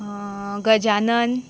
Gajanan